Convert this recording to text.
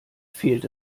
fehlt